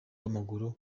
w’amaguru